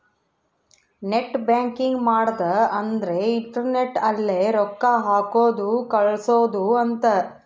net banking ಮಾಡದ ಅಂದ್ರೆ internet ಅಲ್ಲೆ ರೊಕ್ಕ ಹಾಕೋದು ಕಳ್ಸೋದು ಅಂತ